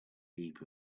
heap